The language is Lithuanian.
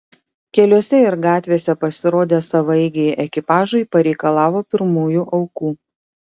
keliuose ir gatvėse pasirodę savaeigiai ekipažai pareikalavo pirmųjų aukų